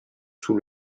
sous